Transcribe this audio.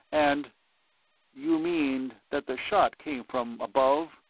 and you mean that the shot came from above?